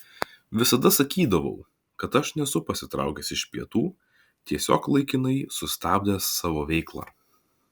visada sakydavau kad aš nesu pasitraukęs iš pietų tiesiog laikinai sustabdęs savo veiklą